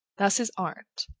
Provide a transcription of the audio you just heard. thus is art,